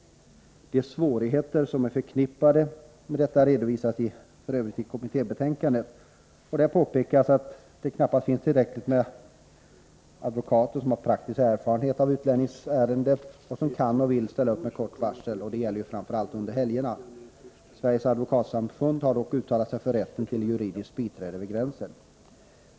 De svårigheter som är förknippade med detta redovisas i kommittébetänkandet. Man påpekar att det knappast finns tillräckligt med advokater som har praktisk erfarenhet av utlänningsärenden och som kan och vill ställa upp med kort varsel, framför allt under helger. Sveriges advokatsamfund har dock uttalat sig för rätten till juridiskt biträde vid gränsen.